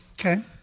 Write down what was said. Okay